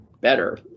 better